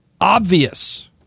obvious